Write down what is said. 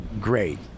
great